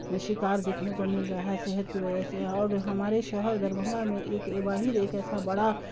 شکار دیکھنے کو مل رہا ہے صحت کی وجہ سے اور ہمارے شہر دربھنگا میں ایک ایک واحد ایک ایسا بڑا